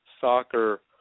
soccer